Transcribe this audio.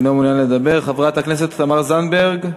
אינו מעוניין לדבר, חברת הכנסת תמר זנדברג,